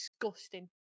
disgusting